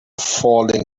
falling